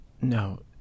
No